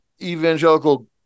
evangelical